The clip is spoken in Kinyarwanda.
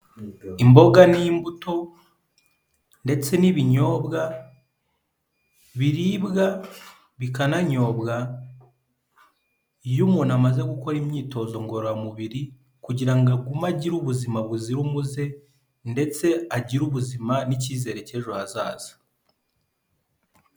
Imboga n'imbuto ndetse n'ibinyobwa biribwa bikananyobwa iyo umuntu amaze gukora imyitozo ngororamubiri kugira ngo agume agire ubuzima buzira umuze ndetse agire ubuzima n'icyizere cy'ejo hazaza.